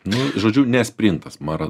nu žodžiu ne sprintas mara